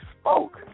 spoke